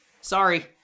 Sorry